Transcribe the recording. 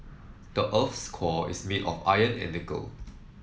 the earth's core is made of iron and nickel